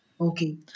Okay